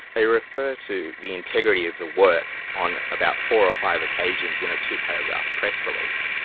they refer to the integrity of the work on about four or five occasions in a two-paragraph press release.